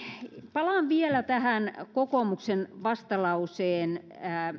palaan vielä tähän kokoomuksen vastalauseen